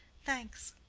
thanks.